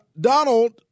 Donald